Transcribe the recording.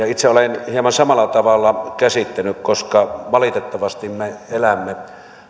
itse olen hieman samalla tavalla käsittänyt koska valitettavasti me elämme